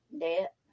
Debt